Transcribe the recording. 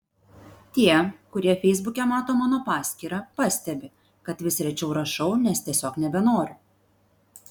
tie kurie feisbuke mato mano paskyrą pastebi kad vis rečiau rašau nes tiesiog nebenoriu